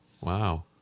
Wow